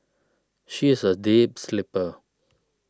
she is a deep sleeper